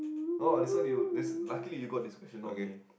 oh this one you this luckily you got this question not me ah